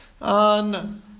on